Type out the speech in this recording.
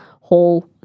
whole